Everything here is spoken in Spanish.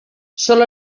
solo